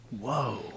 Whoa